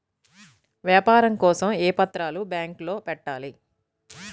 వ్యాపారం కోసం ఏ పత్రాలు బ్యాంక్లో పెట్టాలి?